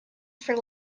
for